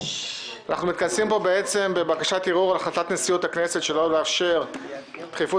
אנחנו מתכנסים פה לדון בערעור על החלטת נשיאות הכנסת לאשר דחיפות